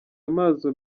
amaso